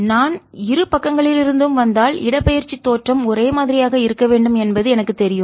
நான் இரு பக்கங்களிலிருந்தும் வந்தால் இடப்பெயர்ச்சி தோற்றம் ஒரே மாதிரியாக இருக்க வேண்டும் என்பது எனக்குத் தெரியும்